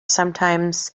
sometimes